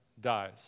dies